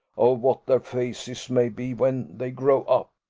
of what their faces may be when they grow up.